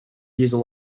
user